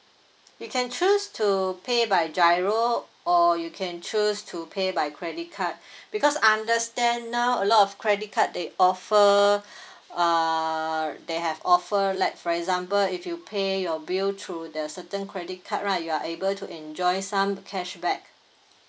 you can choose to pay by GIRO or you can choose to pay by credit card because understand now a lot of credit card they offer uh they have offer like for example if you pay your bill through the certain credit card right you are able to enjoy some cashback